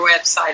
website